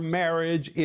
marriage